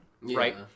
right